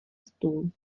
stůl